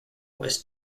was